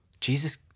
Jesus